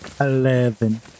Eleven